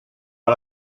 pas